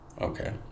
Okay